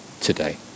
today